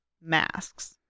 masks